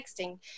texting